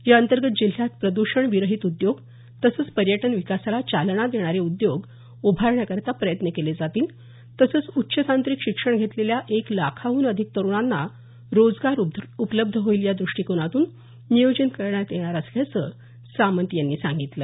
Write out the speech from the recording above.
याअंतर्गत जिल्ह्यात प्रद्षणविरहित उद्योग तसंच पर्यटन विकासाला चालना देणारे उद्योग उभारण्याकरता प्रयत्न केले जातील तसंच उच्च तांत्रिक शिक्षण घेतलेल्या एक लाखाहून अधिक तरुणांना रोजगार उपलब्ध होईल या दुष्टिकोनातून नियोजन करण्यात येणार असल्याचं सामंत यांनी सांगितलं